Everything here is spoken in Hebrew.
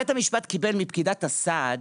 בית המשפט קיבל מפקידת הסעד,